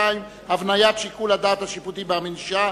92) (הבניית שיקול הדעת השיפוטי בענישה),